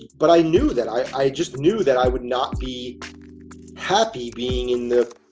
but i knew that, i just knew that i would not be happy being in the